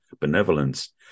benevolence